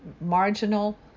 marginal